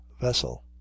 vessel